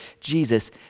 Jesus